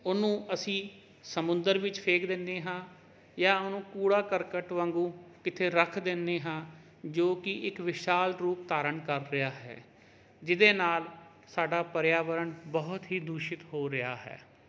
ਉਹਨੂੰ ਅਸੀਂ ਸਮੁੰਦਰ ਵਿੱਚ ਫੇਂਕ ਦਿੰਦੇ ਹਾਂ ਜਾਂ ਉਹਨੂੰ ਕੂੜਾ ਕਰਕਟ ਵਾਂਗੂੰ ਕਿਥੇ ਰੱਖ ਦਿੰਦੇ ਹਾਂ ਜੋ ਕਿ ਇੱਕ ਵਿਸ਼ਾਲ ਰੂਪ ਧਾਰਨ ਕਰ ਰਿਹਾ ਹੈ ਜਿਹਦੇ ਨਾਲ ਸਾਡਾ ਪਰਿਆਵਰਨ ਬਹੁਤ ਹੀ ਦੂਸ਼ਿਤ ਹੋ ਰਿਹਾ ਹੈ